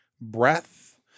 breath